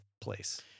place